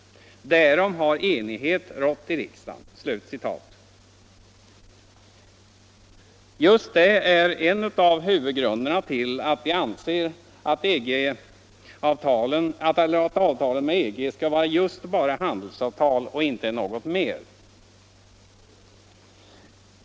Därom har enighet rått i riksdagen.” Det är en av huvudgrunderna till att vi anser att avtalen med EG skall vara just bara handelsavtal och inte något mer.